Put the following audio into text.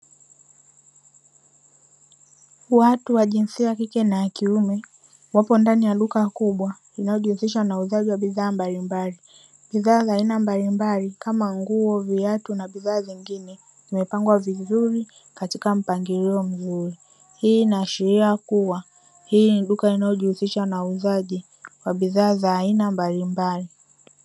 Watu wa jinsia ya kike na ya kiume wapo ndani ya duka kubwa linalojihusisha na uuzaji wa bidhaa mbalimbali kama nguo, viatu na bidhaa nyingine zimepangwa vizuri katika mpangilio mzuri, hii inaashiria kuwa hii ni duka linalojihususha na uuzaji wa bidhaa za aina mbalimbali.